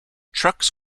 trucks